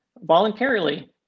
voluntarily